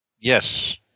Yes